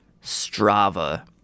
Strava